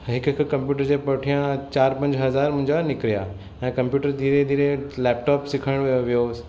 हिकु हिकु कंप्यूटर जे पुठियां चारि पंज हज़ार मुंहिंजा निकिरी विया ऐं कंप्यूटर धीरे धीरे लेपटॉप सिखण वि वियो